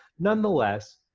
nonetheless,